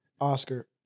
Oscar